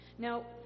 Now